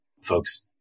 folks